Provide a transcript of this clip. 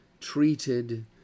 treated